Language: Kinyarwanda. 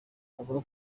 avuga